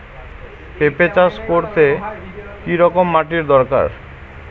পেঁপে চাষ করতে কি রকম মাটির দরকার?